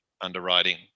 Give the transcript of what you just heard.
underwriting